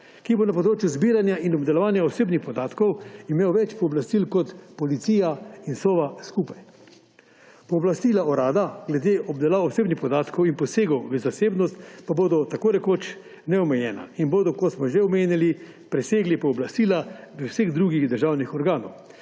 ki bo na področju zbiranja in obdelovanja osebnih podatkov imel več pooblastil kot policija in Sova skupaj. Pooblastila urada glede obdelave osebnih podatkov in posegov v zasebnost pa bodo tako rekoč neomejena in bodo, kot smo že omenili, presegla pooblastila vseh drugih državnih organov,